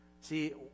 See